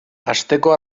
asteko